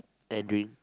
and drink